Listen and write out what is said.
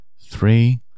Three